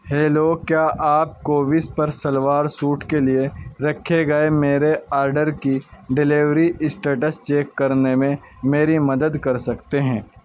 hello کیا آپ کووس پر سلوار سوٹ کے لیے رکھے گئے میرے آرڈر کی ڈلیوری اسٹیٹس چیک کرنے میں میری مدد کر سکتے ہیں